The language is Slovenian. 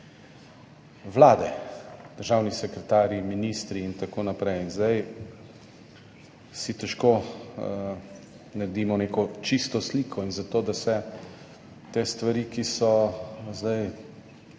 Vlade, državni sekretarji, ministri in tako naprej. Zdaj si težko naredimo neko čisto sliko in zato, da se te stvari, ki so zdaj